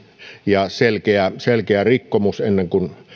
ja selkeä ja selkeä rikkomus ennen kuin